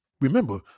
Remember